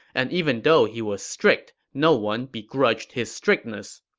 and even though he was strict, no one begrudged his strictness.